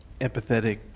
empathetic